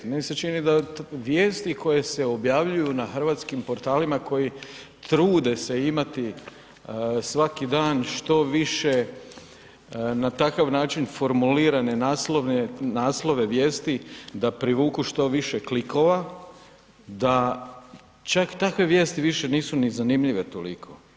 Meni se čini da vijesti koje se objavljuju na hrvatskim portalima, koji trude se imati svaki dan, što više na takav način formulirane naslove, vijesti, da privuku što više klikova, da čak takve vijesti više nisu ni zanimljivo toliko.